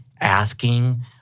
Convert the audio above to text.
asking